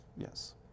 yes